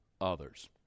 others